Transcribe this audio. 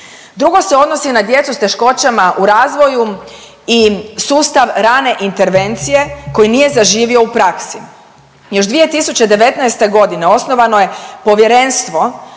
Drugo se odnosi na djecu sa teškoćama u razvoju i sustav rane intervencije koji nije zaživio u praksi. Još 2019. godine osnovano je povjerenstvo